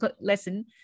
lesson